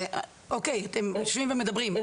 אתם יושבים ומדברים,